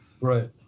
right